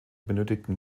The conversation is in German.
benötigten